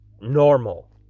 normal